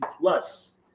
Plus